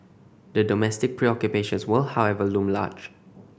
the domestic preoccupations will however loom large